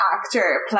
actor